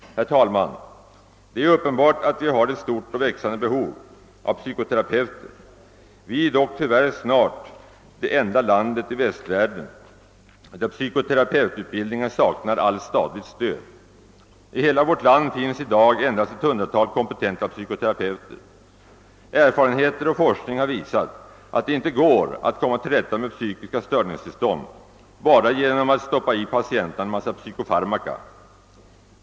Det är uppenbart att vi har ett stort och växande behov av psykoterapeuter. Men tyvärr är Sverige snart det enda landet i Västvärlden där psykoterapeututbildningen saknar allt statligt stöd. I hela vårt land finns det i dag endast ett hundratal kompetenta psykoterapeuter. Erfarenheter och forskning har visat att det inte går att komma till rätta med psykiska störningstillstånd bara genom att stoppa i patienterna en mängd psykofarmaka.